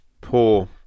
poor